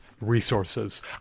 resources